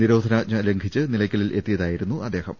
നിരോധ നാജ്ഞ ലംഘിച്ച് നിലയ്ക്കലിൽ എത്തിയതായിരുന്നു അദ്ദേഹം